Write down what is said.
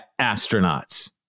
astronauts